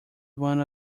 one